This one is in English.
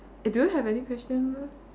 do you have any question left